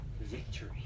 victory